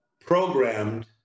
programmed